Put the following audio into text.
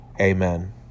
Amen